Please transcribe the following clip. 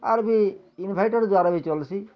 ଆର୍ ବି ଇନଭଟର୍ ଦ୍ଵାରା ବି ଚଲୁଛି